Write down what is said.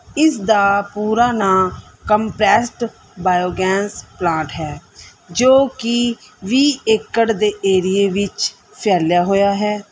ਇਸ ਦਾ ਪੂਰਾ ਨਾਂ ਕੰਪ੍ਰੈਸਡ ਬਾਇਓਗੈਂਸ ਪਲਾਂਟ ਹੈ ਜੋ ਕਿ ਵੀਹ ਏਕੜ ਦੇ ਏਰੀਏ ਵਿੱਚ ਫੈਲਿਆ ਹੋਇਆ ਹੈ